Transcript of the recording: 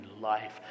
life